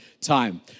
time